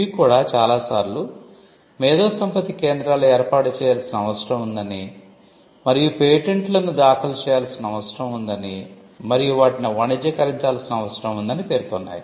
ఇవి కూడా చాలా సార్లు మేధోసంపత్తి కేంద్రాలు ఏర్పాటు చేయాల్సిన అవసరం ఉందని మరియు పేటెంట్ లను దాఖలు చేయాల్సిన అవసరం ఉందని మరియు వాటిని వాణిజ్యకరించాల్సిన అవసరం ఉందని పేర్కొన్నాయి